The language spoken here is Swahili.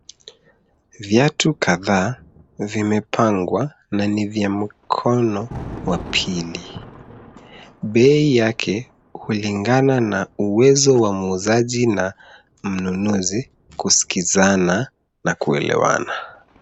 Viatu kadhaa vimepangwa na vya mkono wa pili. Bei yake hulingana na uwezo wa muuzaji na munuzi kuskizana na kuelewana.